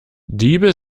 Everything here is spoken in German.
diebe